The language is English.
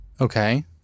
okay